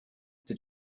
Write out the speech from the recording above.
did